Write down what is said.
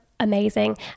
amazing